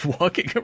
walking